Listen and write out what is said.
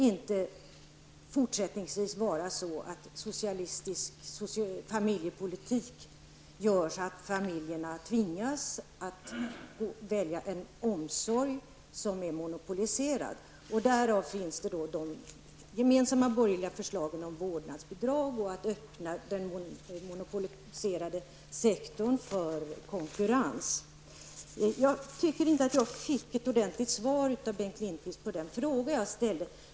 Den socialistiska familjepolitiken får inte fortsättningsvis tvinga familjerna att välja en monopoliserad omsorg -- därav de gemensamma borgerliga förslagen om vårdnadsbidrag och om att den monopoliserade sektorn skall öppnas för konkurrens. Jag tycker inte att jag har fått ett ordentligt svar av Bengt Lindqvist på min fråga.